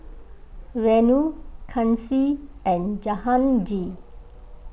Renu Kanshi and Jahangir